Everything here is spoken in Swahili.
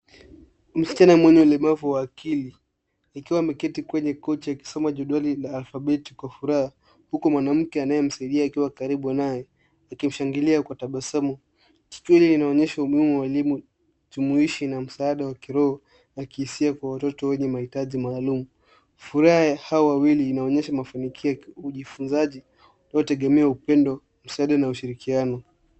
Msichana mwenye ulemavu wa akili, ikiwa ameketi kwenye kochi akisoma jedwali na alfabeti kwa furahia, huku mwanamke anayemsaidia akiwa karibu naye, akimshangilia kwa tabasamu. Tukio hii inaonyesha umuhimu wa walimu jumuishi na msaada wa kiroho ya kihisia kwa watoto wenye mahitaji maalumu. Furaha ya hawa wawili inaonyesha mafanikio ya ujifunzaji, iliyotegemea upendo, msaada na ushirikiano.